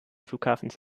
flughafens